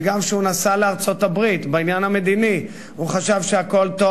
וגם כשהוא נסע לארצות-הברית בעניין המדיני הוא חשב שהכול טוב.